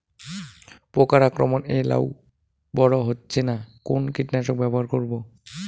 পোকার আক্রমণ এ লাউ বড় হচ্ছে না কোন কীটনাশক ব্যবহার করব?